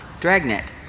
Dragnet